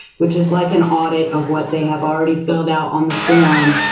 which is like an audit of what they have already filled out on the form.